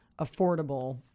affordable